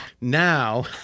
Now